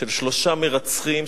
של שלושה מרצחים,